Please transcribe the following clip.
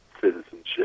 citizenship